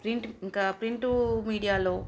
print ఇంకా print మీడియాలో